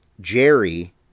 Jerry